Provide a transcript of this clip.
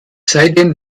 seitdem